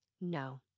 No